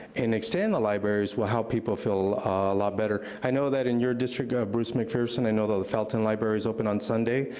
extend the libraries will help people feel a lot better. i know that in your district, bruce mcpherson, i know the felton library is open on sunday.